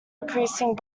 increasing